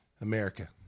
America